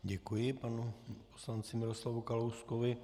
Děkuji panu poslanci Miroslavu Kalouskovi.